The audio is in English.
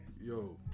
Yo